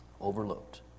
Overlooked